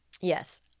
Yes